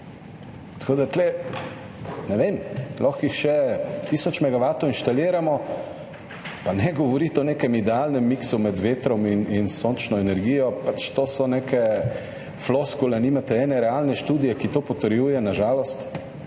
pomagalo. Ne vem, lahko inštaliramo še tisoč megavatov, pa ne govoriti o nekem idealnem miksu med vetrom in sončno energijo, pač to so neke floskule, nimate ene realne študije, ki to potrjuje, na žalost.